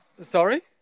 Sorry